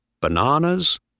Bananas